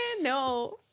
No